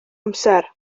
amser